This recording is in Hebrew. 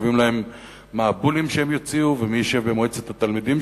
קובעים להן מה הבולים שהן יוציאו ומי ישב במועצת התלמידים